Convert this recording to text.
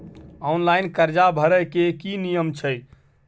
Online कर्जा भरै के की नियम छै?